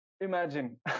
Imagine